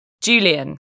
Julian